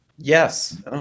yes